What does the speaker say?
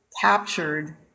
captured